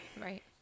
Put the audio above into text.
Right